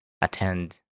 attend